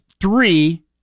three